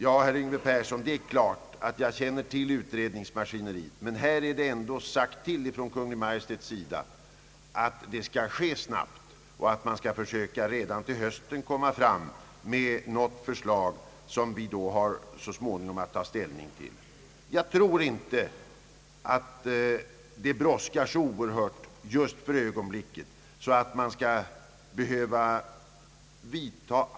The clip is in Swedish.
Ja, herr Yngve Persson, jag känner ju väl till utredningsmaskineriet. Men i detta fall har dock Kungl. Maj:t sagt att utredningen skall ske snabbt och att man skall försöka lägga fram ett förslag till hösten som riksdagen sedan får ta ställning till. Jag tror inte att det brådskar så mycket för dagen, att alltför drastiska åtgärder nu skall vidtas.